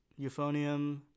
euphonium